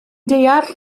deall